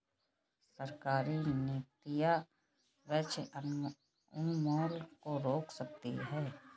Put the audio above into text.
सरकारी नीतियां वृक्ष उन्मूलन को रोक सकती है